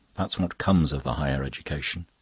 that's what comes of the higher education.